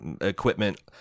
equipment